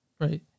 right